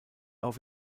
auf